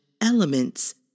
elements